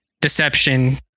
deception